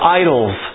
idols